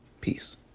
Peace